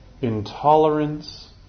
intolerance